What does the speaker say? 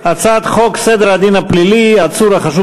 הצעת חוק סדר הדין הפלילי (עצור החשוד